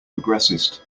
progressist